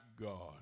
God